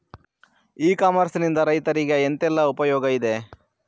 E commerce ನಿಂದ ರೈತರಿಗೆ ಎಂತೆಲ್ಲ ಉಪಯೋಗ ಇದೆ?